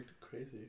Crazy